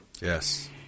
Yes